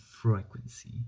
frequency